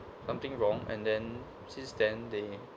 something wrong and then since then they